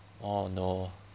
oh no